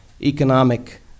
economic